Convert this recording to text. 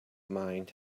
mind